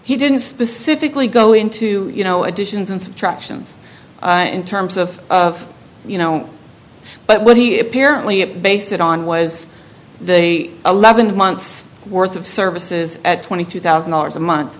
he didn't specifically go into you know additions and subtractions in terms of you know but what he apparently based it on was the eleven months worth of services at twenty two thousand dollars a month